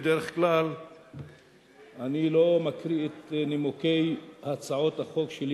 בדרך כלל אני לא מקריא את נימוקי הצעות החוק שלי,